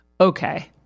okay